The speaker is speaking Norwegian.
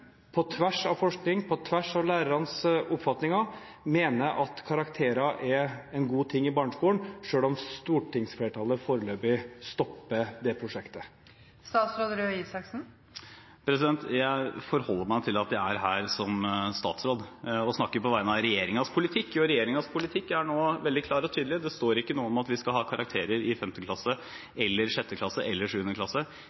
på tvers av forskning, på tvers av lærernes oppfatninger – mener at karakterer er en god ting i barneskolen, selv om stortingsflertallet foreløpig stopper det prosjektet? Jeg forholder meg til at jeg er her som statsråd, og at jeg snakker på vegne av regjeringens politikk. Regjeringens politikk er nå veldig klar og tydelig: I regjeringserklæringen står det ikke noe om at vi skal ha karakterer i 5., 6. eller 7. klasse,